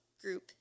Group